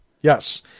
Yes